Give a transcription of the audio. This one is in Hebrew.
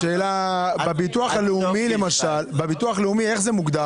ישי, איך זה מוגדר